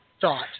thought